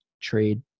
trade